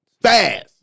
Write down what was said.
fast